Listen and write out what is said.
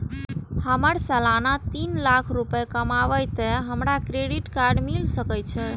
हमर सालाना तीन लाख रुपए कमाबे ते हमरा क्रेडिट कार्ड मिल सके छे?